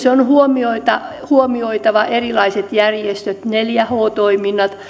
ja on huomioitava myös erilaiset järjestöt neljä h toiminnat